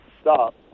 stop